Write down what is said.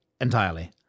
entirely